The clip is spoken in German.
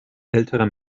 älterer